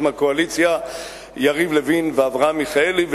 מהקואליציה יריב לוין ואברהם מיכאלי,